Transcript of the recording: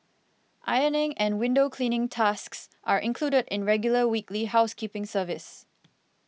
ironing and window cleaning tasks are included in regular weekly housekeeping service